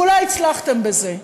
ואולי הצלחתם בזה,